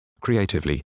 Creatively